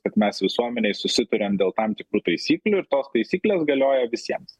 kad mes visuomenėj susitariam dėl tam tikrų taisyklių ir tos taisyklės galioja visiems